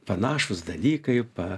panašūs dalykai pa